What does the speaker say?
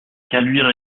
caluire